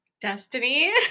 destiny